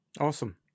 Awesome